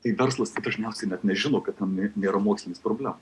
tai verslas tai dažniausiai bet nežino kad ten nėra mokslinės problemos